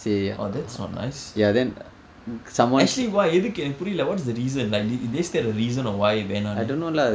oh that's not nice actually why எதுக்கு எனக்கு புரியல:ethukku enakku puriyala what is the reason like did they did they state a reason of why வேண்டாம்னு:vaendaamnu